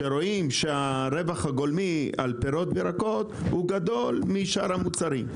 שרואים שהרווח הגולמי על פירות וירקות הוא גדול משאר המוצרים.